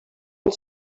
one